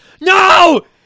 No